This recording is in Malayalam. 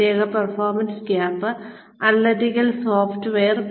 പ്രത്യേക പെർഫോമൻസ് ഗ്യാപ്പ് അനലിറ്റിക്കൽ സോഫ്റ്റ്വെയർ